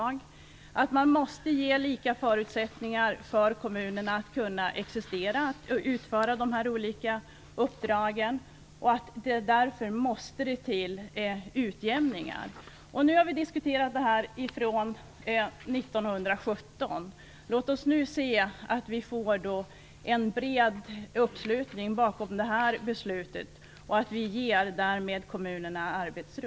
Jag tycker vidare att man måste ge likartade förutsättningar för kommunerna att kunna existera och att kunna utföra sina olika uppdrag. Därför måste det till utjämningar. Vi har diskuterat det här sedan 1917. Låt oss nu se till att vi får en bred uppslutning bakom det här beslutet, och att vi därmed ger kommunerna arbetsro.